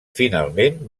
finalment